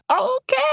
okay